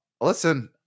Listen